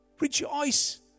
Rejoice